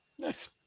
Nice